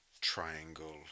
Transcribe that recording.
triangle